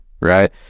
right